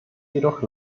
jedoch